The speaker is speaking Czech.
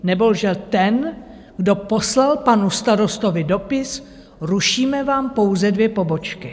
Nebo lže ten, kdo poslal panu starostovi dopis: Rušíme vám pouze dvě pobočky.